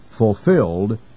fulfilled